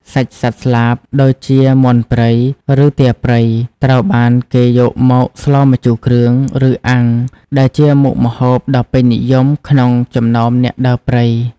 សាច់សត្វស្លាប ដូចជាមាន់ព្រៃ ឬទាព្រៃ ត្រូវបានគេយកមកស្លម្ជូរគ្រឿង ឬអាំង ដែលជាមុខម្ហូបដ៏ពេញនិយមក្នុងចំណោមអ្នកដើរព្រៃ។